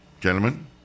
Gentlemen